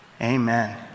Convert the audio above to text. Amen